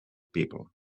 people